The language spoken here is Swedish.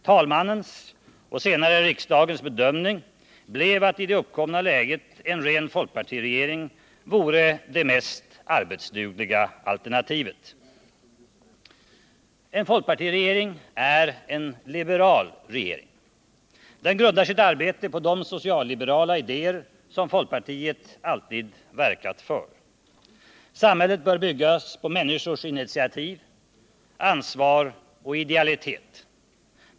Talmannens och senare riksdagens bedömning blev att i det uppkomna läget en ren folkpartiregering vore det mest arbetsdugliga alternativet. En folkpartiregering är en liberal regering. Den grundar sitt arbete på de socialliberala idéer folkpartiet alltid verkat för. Samhället bör byggas på människors initiativ, ansvar och idealitet.